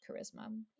charisma